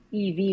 EV